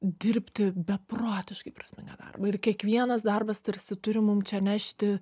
dirbti beprotiškai prasmingą darbą ir kiekvienas darbas tarsi turi mum čia nešti